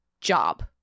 job